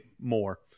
more